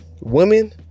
women